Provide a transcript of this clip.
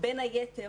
בין היתר